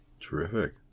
Terrific